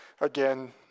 again